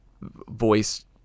voice